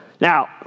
Now